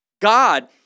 God